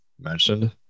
mentioned